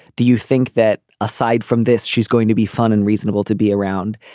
do you think that aside from this she's going to be fun and reasonable to be around.